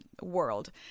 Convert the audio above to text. world